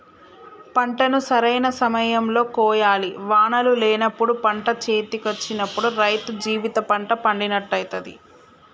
పంటను సరైన సమయం లో కోయాలి వానలు లేనప్పుడు పంట చేతికొచ్చినప్పుడు రైతు జీవిత పంట పండినట్టయితది